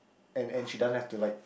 and and she doesn't have to like